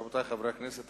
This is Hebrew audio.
רבותי חברי הכנסת,